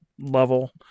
level